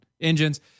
engines